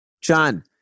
John